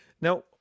Now